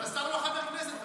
הוא לא חבר כנסת בכלל.